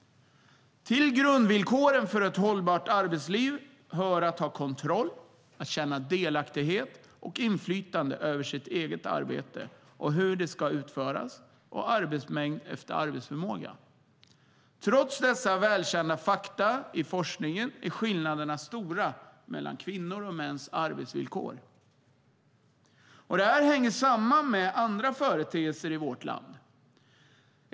Till grundvillkoren för ett hållbart arbetsliv hör att ha kontroll, delaktighet och inflytande över sitt eget arbete och hur det ska utföras samt arbetsmängd efter arbetsförmåga. Trots dessa välkända fakta i forskningen är skillnaderna stora mellan kvinnors och mäns arbetsvillkor. Det hänger samman med andra företeelser.